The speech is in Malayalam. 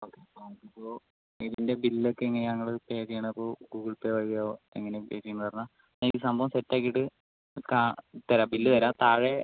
ഓക്കെ നമുക്ക് ഇപ്പോൾ ഇതിൻ്റെ ബില്ല് ഒക്കെ എങ്ങനെയാ നിങ്ങള് പേ ചെയ്യണ ഗൂഗിൾപേ വഴിയോ എങ്ങനെ പേ ചെയ്യുന്നത് പറഞ്ഞാൽ ഈ സംഭവം സെറ്റ് ആക്കീട്ട് തരാം ബില്ല് തരാം താഴെ